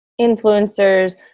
influencers